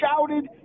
shouted